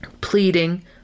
pleading